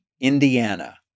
Indiana